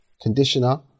conditioner